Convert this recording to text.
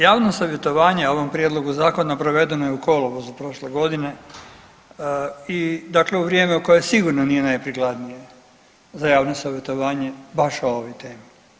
Javno savjetovanje o ovom prijedlogu zakona provedeno je u kolovozu prošle godine, dakle u vrijeme koje sigurno nije najprikladnije za javno savjetovanje baš o ovoj temi.